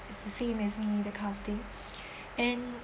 it's the same as me that kind of thing and